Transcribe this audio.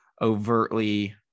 overtly